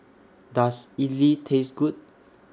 Does Idly Taste Good